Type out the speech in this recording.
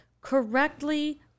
correctly